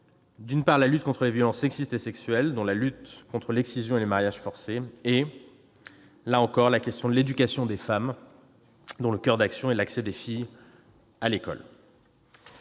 d'abord, la lutte contre les violences sexistes et sexuelles, dont la lutte contre l'excision et le mariage forcé ; ensuite, l'éducation des femmes, dont le coeur d'action est l'accès des filles à l'école.